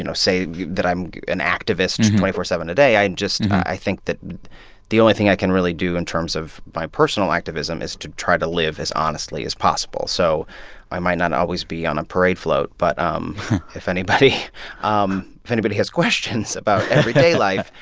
you know say that i'm an activist two four zero seven today. i just i think that the only thing i can really do in terms of my personal activism is to try to live as honestly as possible. so i might not always be on a parade float. but um if anybody um if anybody has questions about everyday life.